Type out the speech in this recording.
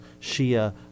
Shia